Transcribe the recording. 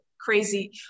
crazy